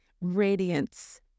radiance